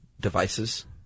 devices